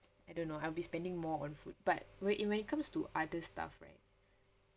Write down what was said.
I don't know I will be spending more on food but when it when it comes to other stuff right